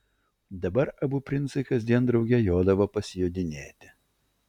dabar abu princai kasdien drauge jodavo pasijodinėti